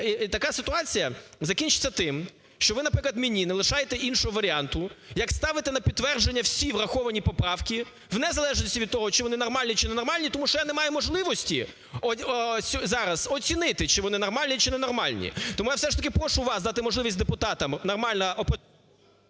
Така ситуація закінчиться тим, що ви, наприклад, мені не лишаєте іншого варіанту, як ставити на підтвердження всі враховані поправки в незалежності від того, чи вони нормальні, чи ненормальні, тому що я не маю можливості зараз оцінити, чи вони нормальні, чи не нормальні. Тому я все ж таки прошу вас дати можливість депутатам нормально… ГОЛОВУЮЧИЙ.